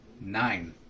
Nine